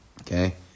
Okay